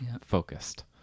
focused